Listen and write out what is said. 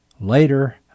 later